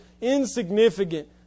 insignificant